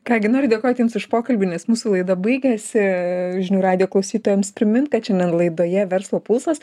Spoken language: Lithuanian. ką gi noriu dėkoti jums už pokalbį nes mūsų laida baigiasi žinių radijo klausytojams primint kad šiandien laidoje verslo pulsas